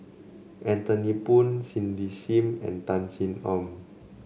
Anthony Poon Cindy Sim and Tan Sin Aun